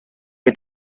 que